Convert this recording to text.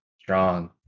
strong